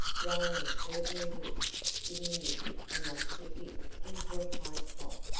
roland certainly looked diminutive enough to fit into a pint pot,